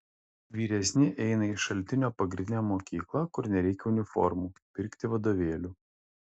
vyresni eina į šaltinio pagrindinę mokyklą kur nereikia uniformų pirkti vadovėlių